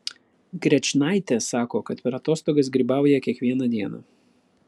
grečnaitė sako kad per atostogas grybauja kiekvieną dieną